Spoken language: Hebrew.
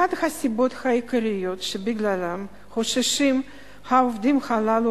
אחת הסיבות העיקריות שבגללן חוששים העובדים הללו